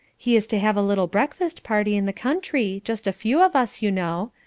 he is to have a little breakfast party in the country just a few of us, you know.